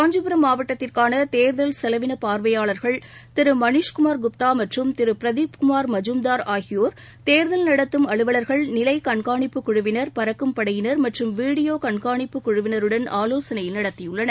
காஞ்சிபுரம் மாவட்டத்திற்கானதேர்தல் செலவினப் பார்வையாளர்கள் திருமணீஷ்குமார் குப்தாமற்றும் திருபிரதீப்குமார் மஜூம்தார் ஆகியோர் தேர்தல் நடத்தும் அலுவலர்கள் நிலைகண்காணிப்புக் குழுவினர் பறக்கும் படையினர் மற்றும் வீடியோகண்காணிப்புக் குழுவினருடன் ஆலோசனைநடத்தியுள்ளனர்